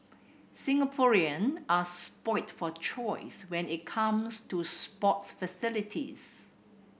Singaporeans are spoilt for choice when it comes to sports facilities